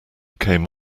came